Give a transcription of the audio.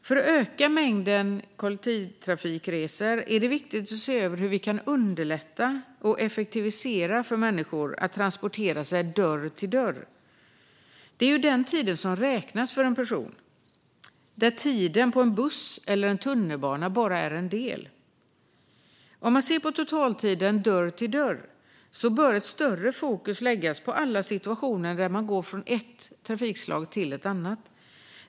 För att öka mängden kollektivtrafikresor är det viktigt att se över hur vi kan underlätta och effektivisera för människor att transportera sig från dörr till dörr. Det är ju den tiden som räknas för en person. Tiden på en buss eller i tunnelbanan är bara en del. Om man ser på totaltiden från dörr till dörr bör ett större fokus läggas på alla situationer där man går från ett trafikslag till ett annat.